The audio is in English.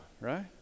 right